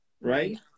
right